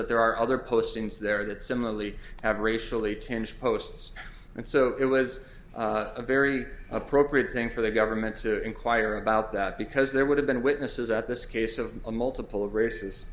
that there are other postings there that similarly have racially changed posts and so it was a very appropriate thing for the government to inquire about that because there would have been witnesses at this case of a multiple races